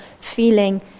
feeling